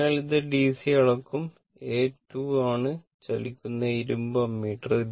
അതിനാൽ ഇത് DC അളക്കും എ 2 ആണ് ചലിക്കുന്ന ഇരുമ്പ് അമ്മീറ്റർ